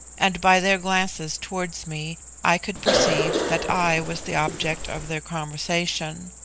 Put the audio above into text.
and by their glances towards me i could perceive that i was the object of their conversation.